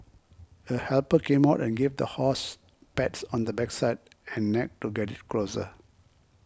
a helper came out and gave the horse pats on backside and neck to get it closer